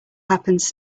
happens